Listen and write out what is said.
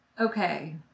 Okay